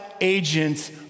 agents